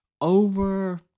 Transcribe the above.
over